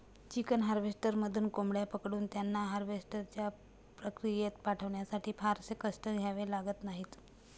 chicken हार्वेस्टरमधून कोंबड्या पकडून त्यांना हार्वेस्टच्या प्रक्रियेत पाठवण्यासाठी फारसे कष्ट घ्यावे लागत नाहीत